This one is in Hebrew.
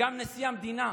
וגם נשיא המדינה,